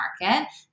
market